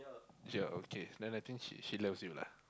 ya okay then I think she she loves you lah